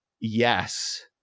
yes